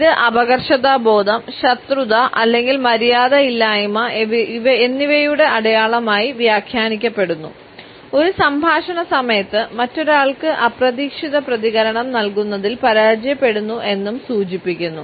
ഇത് അപകർഷതാബോധം ശത്രുത അല്ലെങ്കിൽ മര്യാദ ഇല്ലായ്മ എന്നിവയുടെ അടയാളമായി വ്യാഖ്യാനിക്കപ്പെടുന്നു ഒരു സംഭാഷണ സമയത്ത് മറ്റൊരാൾക്ക് അപ്രതീക്ഷിത പ്രതികരണം നൽകുന്നതിൽ പരാജയപ്പെടുന്നു എന്നും സൂചിപ്പിക്കുന്നു